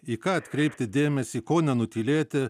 į ką atkreipti dėmesį ko nenutylėti